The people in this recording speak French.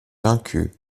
vaincus